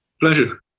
Pleasure